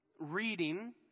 reading